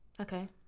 okay